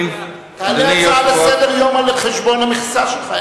תעלה הצעה לסדר-יום על-חשבון המכסה שלך.